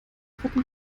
retten